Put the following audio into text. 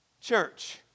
church